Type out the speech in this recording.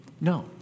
No